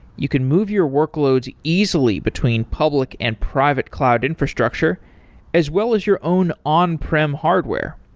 you can move your workloads easily between public and private cloud infrastructure as well as your own on-prim hardware.